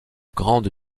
grande